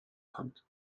kommt